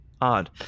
Odd